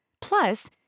Plus